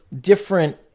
different